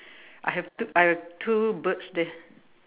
I have two I have two birds there